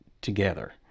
together